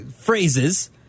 phrases